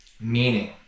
meaning